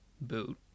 boot